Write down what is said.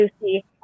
Lucy